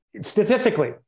Statistically